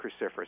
cruciferous